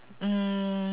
mm